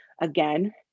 again